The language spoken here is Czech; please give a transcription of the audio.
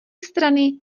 strany